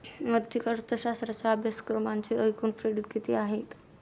आर्थिक अर्थशास्त्राच्या अभ्यासक्रमाचे एकूण क्रेडिट किती आहेत?